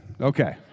Okay